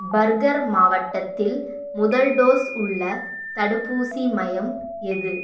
burger மாவட்டத்தில் முதல் dose உள்ள தடுப்பூசி மையம் எது